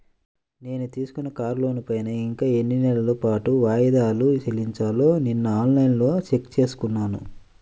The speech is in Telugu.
నేను తీసుకున్న కారు లోనుపైన ఇంకా ఎన్ని నెలల పాటు వాయిదాలు చెల్లించాలో నిన్నఆన్ లైన్లో చెక్ చేసుకున్నాను